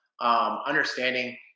understanding